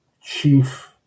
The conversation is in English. chief